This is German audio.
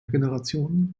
generationen